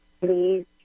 please